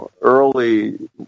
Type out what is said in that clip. early